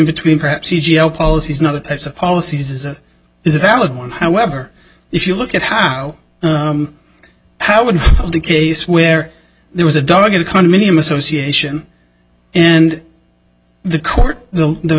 between perhaps e g l policies and other types of policies is a is a valid one however if you look at how how would the case where there was a dog a condominium association and the court the